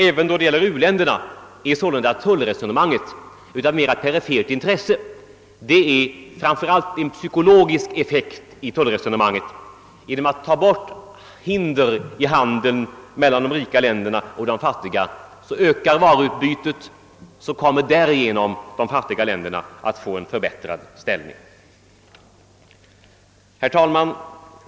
Även då det gäller u-länderna är således tullresonemanget av mera perifert intresse. Det har framför allt en psykologisk effekt. Genom att vi tar bort hindren i handeln mellan de rika länderna och de fattiga ökas varuutbytet, och därigenom kommer de fattiga länderna att få en förbättrad ställning. Herr talman!